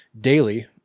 daily